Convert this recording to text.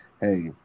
hey